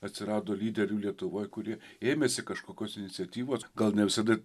atsirado lyderių lietuvoj kurie ėmėsi kažkokios iniciatyvos gal ne visada